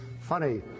funny